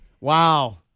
Wow